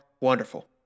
wonderful